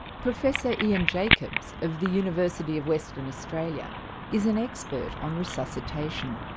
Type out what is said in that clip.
professor ian jacobs of the university of western australia is an expert on resuscitation.